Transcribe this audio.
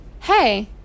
hey